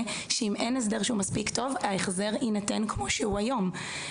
שאם אין הסדר מספיק טוב ההחזר יינתן כמו שהוא היום.